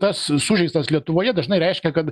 tas sužeistas lietuvoje dažnai reiškia kad